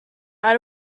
out